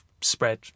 spread